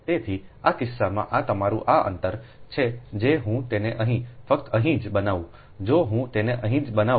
તેથી આ કિસ્સામાં આ તમારું આ આ અંતર છે જો હું તેને અહીં ફક્ત અહીં જ બનાવું જો હું તેને અહીં જ બનાવું